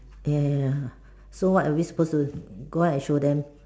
ya ya ya so what are we supposed to go out and show them